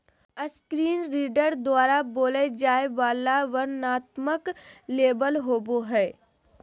screen reader द्वारा बोलय जाय वला वर्णनात्मक लेबल होबो हइ